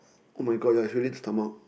oh my god yeah it's really stomach